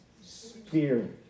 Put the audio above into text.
spirit